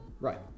right